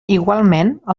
igualment